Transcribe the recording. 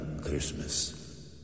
Christmas